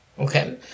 Okay